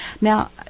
now